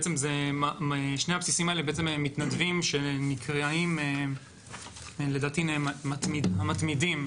שני הבסיסים האלה הם בעצם מתנדבים שנקראים לדעתי המתמידים.